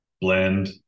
blend